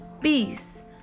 Peace